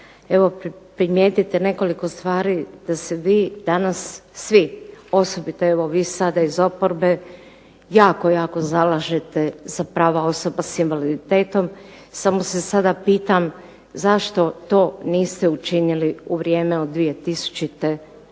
primijetiti nekoliko stvari da se vi danas svi, osobito vi sada iz oporbe jako, jako zalažete za prava osoba sa invaliditetom. Samo se sada pitam, zašto to niste učinili u vrijeme od 2000. pa